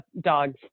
dogs